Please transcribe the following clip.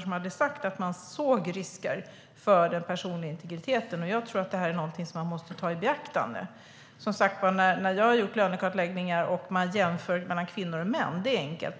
- som hade sagt att de såg risker för den personliga integriteten. Jag tror att det är någonting som man måste ta i beaktande. När jag har gjort lönekartläggningar och man jämför mellan kvinnor och män är det enkelt.